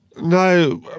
No